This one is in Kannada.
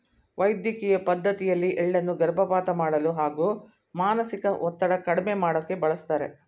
ವೈದ್ಯಕಿಯ ಪದ್ಡತಿಯಲ್ಲಿ ಎಳ್ಳನ್ನು ಗರ್ಭಪಾತ ಮಾಡಲು ಹಾಗೂ ಮಾನಸಿಕ ಒತ್ತಡ ಕಡ್ಮೆ ಮಾಡೋಕೆ ಬಳಸ್ತಾರೆ